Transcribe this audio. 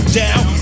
down